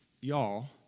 y'all